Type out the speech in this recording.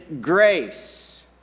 grace